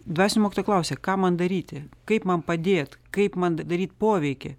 dvasinio mokytojo klausė ką man daryti kaip man padėt kaip man daryt poveikį